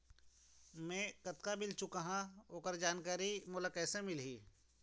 मैं कतक बिल चुकाहां ओकर जानकारी मोला कइसे मिलही?